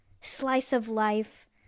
slice-of-life